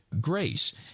grace